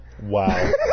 Wow